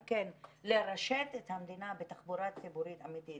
לרשת את המדינה בתחבורה ציבורית אמיתית